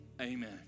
amen